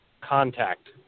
contact